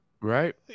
Right